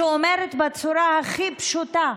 שאומרת בצורה הכי פשוטה: